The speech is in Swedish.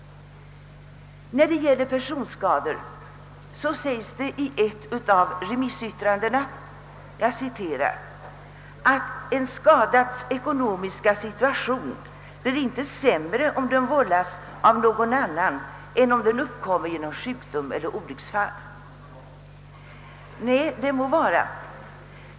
När det gäller personskador säger en av remissinstanserna: »En skadads ekonomiska situation blir inte sämre om den vållas av någon annan än om den uppkommer genom <:sjukdom = eller olycksfall.» Nej, det må vara.